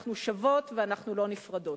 אנחנו שוות ולא נפרדות.